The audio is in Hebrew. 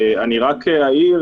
אני רק אעיר,